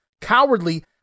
cowardly